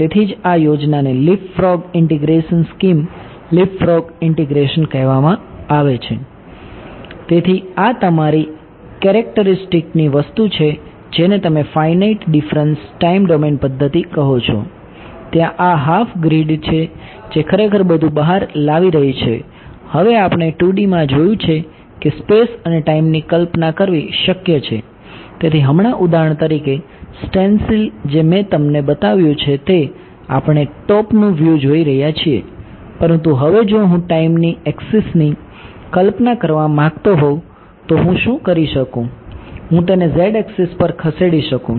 તેથી જ આ યોજનાને લીપફ્રોગ જે મેં તમને બતાવ્યું છે તે આપણે ટોપનું વ્યૂ જોઈ રહ્યા છીએ પરંતુ હવે જો હું ટાઈમની એક્સિસની કલ્પના કરવા માંગતો હોઉં તો હું શું કરી શકું હું તેને z એક્સિસ પર ખસેડી શકું